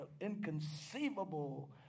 inconceivable